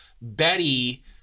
Betty